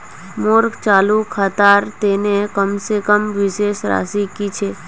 मोर चालू खातार तने कम से कम शेष राशि कि छे?